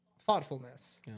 thoughtfulness